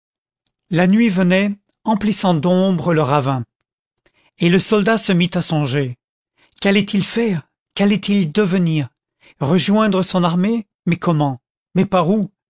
la nuit venait emplissant d'ombre le ravin et le soldat se mit à songer qu'allait-il faire qu'allait-il devenir rejoindre son armée mais comment mais par où